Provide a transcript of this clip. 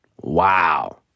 wow